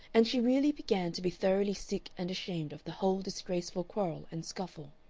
and she really began to be thoroughly sick and ashamed of the whole disgraceful quarrel and scuffle.